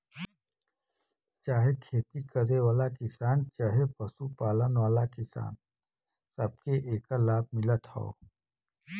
चाहे खेती करे वाला किसान चहे पशु पालन वाला किसान, सबके एकर लाभ मिलत हौ